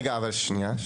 רגע, אבל שנייה.